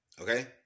Okay